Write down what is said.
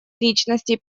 личностей